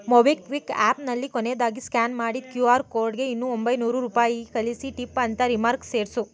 MobiKwik ಆ್ಯಪ್ನಲ್ಲಿ ಕೊನೇದಾಗಿ scan ಮಾಡಿ ಕ್ಯೂ ಆರ್ ಕೋಡ್ಗೆ ಇನ್ನೂಒಂಬೈನೂರು ರೂಪಾಯಿ ಕಳಿಸಿ ಟಿಪ್ ಅಂತ ರಿಮಾರ್ಕ್ ಸೇರಿಸು